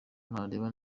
ntareba